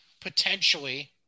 potentially